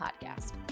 podcast